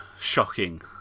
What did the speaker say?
shocking